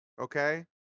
Okay